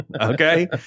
okay